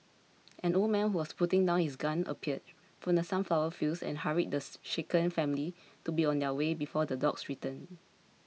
an old man who was putting down his gun appeared from the sunflower fields and hurried this shaken family to be on their way before the dogs return